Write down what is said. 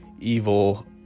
evil